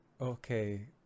okay